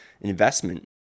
investment